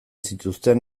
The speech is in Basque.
zituzten